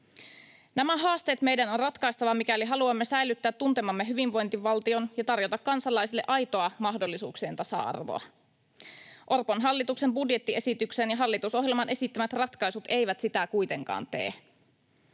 Nämä haasteet meidän on ratkaistava, mikäli haluamme säilyttää tuntemamme hyvinvointivaltion ja tarjota kansalaisille aitoa mahdollisuuksien tasa-arvoa. Orpon hallituksen budjettiesityksen ja hallitusohjelman esittämät ratkaisut eivät sitä kuitenkaan tee.